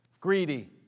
greedy